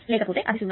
లేకపోతే అది 0